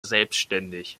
selbstständig